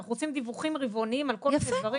אנחנו רוצים דיווחים רבעוניים על כל מיני דברים.